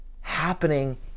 happening